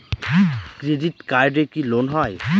Credit কার্ডে কি loan হয়?